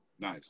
Nice